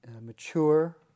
mature